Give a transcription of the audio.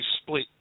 split